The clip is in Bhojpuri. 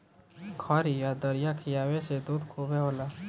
खरी आ दरिया खिआवे से दूध खूबे होला